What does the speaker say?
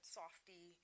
softy